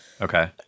Okay